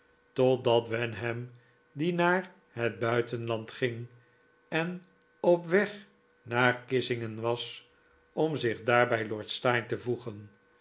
totdat wenham die naar het buitenland ging en op weg naar kissingen was om zich daar bij lord steyne te voegen